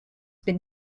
been